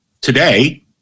today